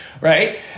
right